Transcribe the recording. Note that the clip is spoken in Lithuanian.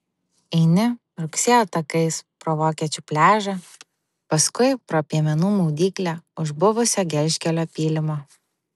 eini rugsėjo takais pro vokiečių pliažą paskui pro piemenų maudyklę už buvusio gelžkelio pylimo